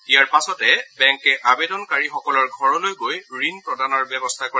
ইয়াৰ পাছতে বেংকে আবেদনকাৰীসকলৰ ঘৰলৈ গৈ ঋণ প্ৰদানৰ ব্যৱস্থা কৰে